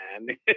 man